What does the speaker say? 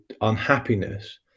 unhappiness